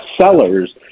sellers